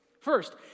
First